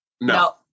No